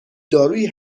دارویی